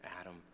Adam